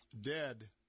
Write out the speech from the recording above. dead